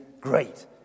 great